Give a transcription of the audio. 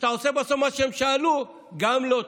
וכשאתה עושה בסוף מה שהם שאלו, גם לא טוב.